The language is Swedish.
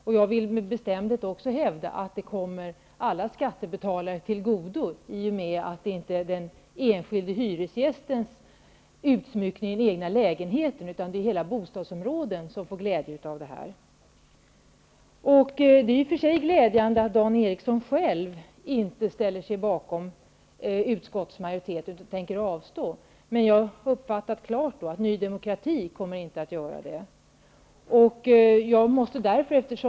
Jag vill också med bestämdhet hävda att utsmyckningen kommer alla skattebetalare till godo i och med att det inte är fråga om någon utsmyckning av den enskilde hyresgästens lägenhet, utan alla i bostadsområdet får ju glädje av denna utsmyckning. I och för sig är det också glädjande att Dan Eriksson inte själv ställer sig bakom utskottsmajoritetens förslag utan tänker avstå vid omröstningen när det gäller mom. 3 i hemställan. Jag har dock klart uppfattat saken så, att Ny demokrati som parti inte kommer att avstå.